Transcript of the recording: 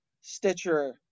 Stitcher